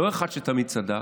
לא אחד שתמיד צדק,